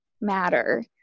matter